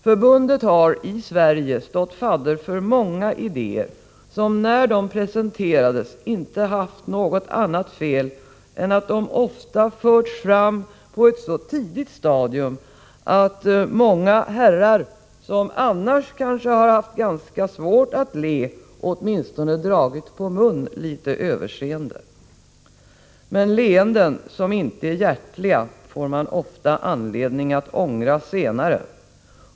Förbundet har i Sverige stått fadder för många idéer, som när de presenterats inte haft något annat fel än att de ofta förts fram på ett så tidigt stadium att många herrar som annars haft ganska svårt att le åtminstone dragit på mun litet överseende. Men leenden som inte är hjärtliga får man ofta anledning att ångra senare.